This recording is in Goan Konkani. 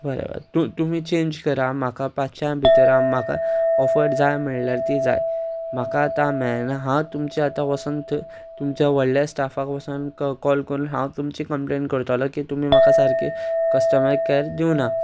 तुमी चेंज करा म्हाका पांचश्या भितर म्हाका ऑफर जाय म्हणल्यार ती जाय म्हाका आतां मेळना हांव तुमचें आतां वचून तुमच्या व्हडल्या स्टाफाक वचून कॉल करून हांव तुमची कंप्लेन करतलो की तुमी म्हाका सारके कस्टमर कॅर दिवना